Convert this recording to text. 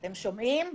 הם זכאים למזון,